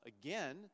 again